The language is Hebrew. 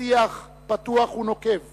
שיח פתוח ונוקב